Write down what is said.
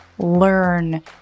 learn